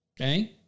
okay